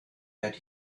that